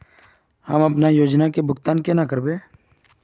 हम अपना योजना के भुगतान केना करबे?